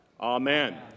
Amen